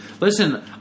Listen